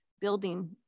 building